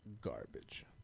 garbage